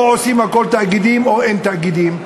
או עושים הכול תאגידים או שאין תאגידים.